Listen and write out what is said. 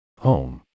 home